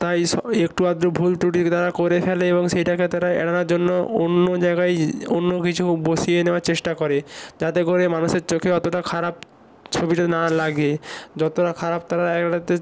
তাই একটু আধটু ভুল ত্রুটি তারা করে ফেলে এবং সেইটাকে তারা এড়ানোর জন্য অন্য জায়গায় অন্য কিছু বসিয়ে নেওয়ার চেষ্টা করে যাতে করে মানুষের চোখে অতোটা খারাপ ছবিটা না লাগে যতোটা খারাপ তারা এড়াতে